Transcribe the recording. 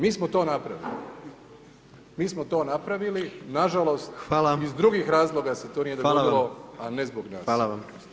Mi smo to napravili, mi smo to napravili nažalost iz [[Upadica predsjednik: Hvala.]] drugih razloga se to nije dogodilo a ne zbog nas